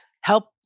help